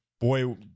boy